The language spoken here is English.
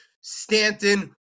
Stanton